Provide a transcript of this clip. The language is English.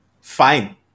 fine